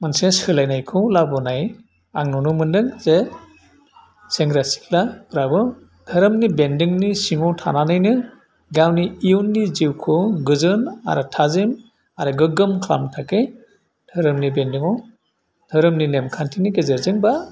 मोनसे सोलायनायखौ लाबोनाय आं नुनो मोनदों जे सेंग्रा सिख्लाफ्राबो धोरोमनि बेन्दोंनि सिङाव थानानैनो गावनि इयुननिखौ गोजोन आरो थाजिम आरो गोगोम खालामनो थाखै धोरोमनि बेन्दोंआव धोरोमनि नेमखान्थिनि गेजेरजों बा